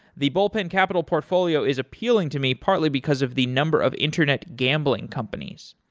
the bullpen capital portfolio is appealing to me partly because of the number of internet gambling companies.